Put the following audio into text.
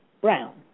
Brown